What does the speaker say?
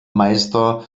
meister